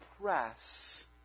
press